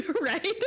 Right